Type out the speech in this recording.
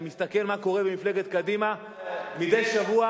אני מסתכל מה קורה במפלגת קדימה, מדי שבוע